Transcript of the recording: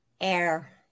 Air